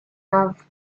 off